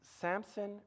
Samson